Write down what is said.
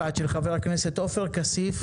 של חברי הכנסת עופר כסיף,